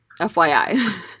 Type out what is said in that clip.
FYI